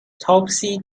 topsy